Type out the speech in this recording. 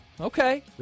Okay